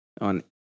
on